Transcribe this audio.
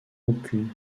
aucune